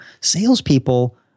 salespeople